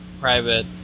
private